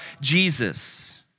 Jesus